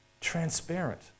transparent